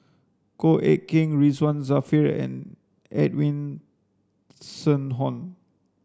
Goh Eck Kheng Ridzwan Dzafir and Edwin